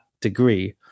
degree